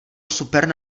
super